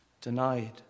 denied